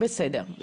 בסחר בבני